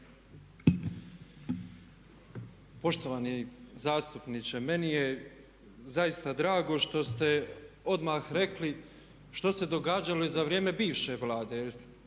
Poštovani zastupniče. Meni je zaista drago što se odmah rekli što se događalo i za vrijeme bivše Vlade.